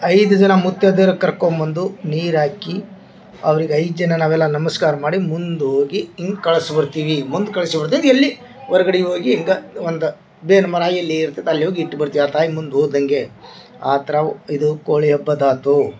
ಐದು ಜನ ಮುತ್ತೈದೆಯರು ಕರ್ಕೊಂಬಂದು ನೀರು ಹಾಕಿ ಅವರಿಗೆ ಐದು ಜನ ನಾವೆಲ್ಲ ನಮಸ್ಕಾರ ಮಾಡಿ ಮುಂದೆ ಹೋಗಿ ಹಿಂಗೆ ಕಳ್ಸಿ ಬರ್ತೀವಿ ಮುಂದೆ ಕಳ್ಸಿ ಬರ್ತೈತೆ ಇಲ್ಲಿ ಹೊರ್ಗಡೆ ಹೋಗಿ ಹಿಂಗ ಒಂದು ಬೇವಿನ ಮರ ಎಲ್ಲಿ ಇರ್ತಾದೆ ಅಲ್ಲಿ ಹೋಗಿ ಇಟ್ಟು ಬರ್ತೀವಿ ಆ ತಾಯಿ ಮುಂದೆ ಹೋದಂಗೆ ಆ ಥರ ಇದು ಕೋಳಿ ಹಬ್ಬದ್ದು ಆತು